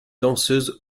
danseuse